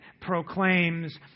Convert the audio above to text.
proclaims